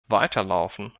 weiterlaufen